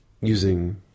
using